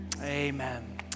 amen